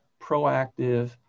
proactive